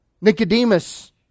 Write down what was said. nicodemus